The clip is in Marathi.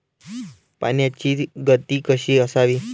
पाण्याची गती कशी असावी?